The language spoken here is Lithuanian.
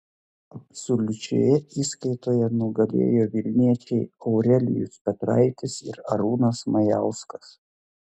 absoliučioje įskaitoje nugalėjo vilniečiai aurelijus petraitis ir arūnas majauskas